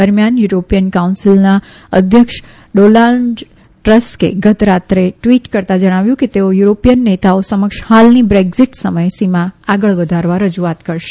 દરમિયાન યુરોપીયન કાઉન્સીલના અધ્યક્ષ ડોનાલ્ડ ટસ્કે ગતરાત્રે ટ્વીટ કરતા જણાવ્યું છે કે તેઓ યુરોપીયન નેતાઓ સમક્ષ હાલની બ્રેક્ઝીટ સમય સીમા આગળ વધારવા રજૂઆત કરશે